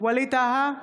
ווליד טאהא,